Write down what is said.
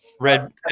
red